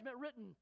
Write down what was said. written